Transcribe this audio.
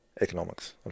economics